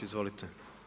Izvolite.